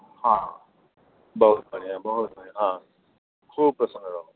हँ बहुत बढ़िआँ बहुत बढ़िआँ हँ खूब प्रसन्न रहू